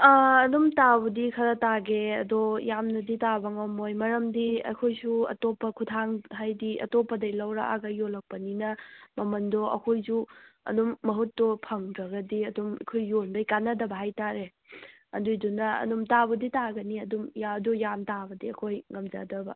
ꯑꯗꯨꯝ ꯇꯥꯕꯨꯗꯤ ꯈꯔ ꯇꯥꯒꯦ ꯑꯗꯣ ꯌꯥꯝꯅꯗꯤ ꯇꯥꯕ ꯉꯝꯃꯣꯏ ꯃꯔꯝꯗꯤ ꯑꯩꯈꯣꯏꯁꯨ ꯑꯇꯣꯞꯄ ꯈꯨꯊꯥꯡ ꯍꯥꯏꯗꯤ ꯑꯇꯣꯞꯄꯗꯒꯤ ꯂꯧꯔꯛꯑꯒ ꯌꯣꯜꯂꯛꯄꯅꯤꯅ ꯃꯃꯟꯗꯣ ꯑꯩꯈꯣꯏꯁꯨ ꯑꯗꯨꯝ ꯃꯍꯨꯠꯇꯣ ꯐꯪꯗ꯭ꯔꯒꯗꯤ ꯑꯗꯨꯝ ꯑꯩꯈꯣꯏ ꯌꯣꯟꯕꯩ ꯀꯥꯟꯅꯗꯕ ꯍꯥꯏꯇꯥꯔꯦ ꯑꯗꯨꯏꯗꯨꯅ ꯑꯗꯨꯝ ꯇꯥꯕꯨꯗꯤ ꯇꯥꯒꯅꯤ ꯑꯗꯨꯝ ꯑꯗꯣ ꯌꯥꯝ ꯇꯥꯕꯗꯤ ꯑꯩꯈꯣꯏ ꯉꯝꯖꯗꯕ